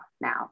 now